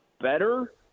better